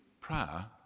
Prayer